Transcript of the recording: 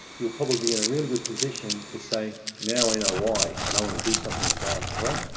you'll probably be in a really good position to say, now, i know why, and i want to do something about it. all right?